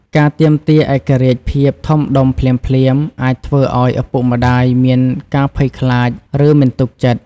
ការទាមទារឯករាជ្យភាពធំដុំភ្លាមៗ អាចធ្វើឲ្យឪពុកម្ដាយមានការភ័យខ្លាច ឬមិនទុកចិត្ត។